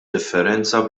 differenza